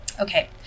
Okay